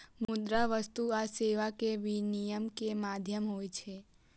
मुद्रा वस्तु आ सेवा के विनिमय के माध्यम होइ छै